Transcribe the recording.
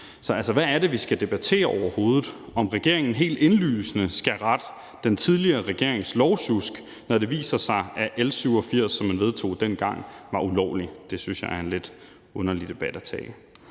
Så hvad er det, vi overhovedet skal debattere? Om regeringen helt indlysende skal rette den tidligere regerings lovsjusk, når det viser sig, at L 87, som man vedtog dengang, var ulovlig? Det synes jeg er en lidt underlig debat at tage.